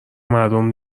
مردم